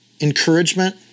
encouragement